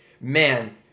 man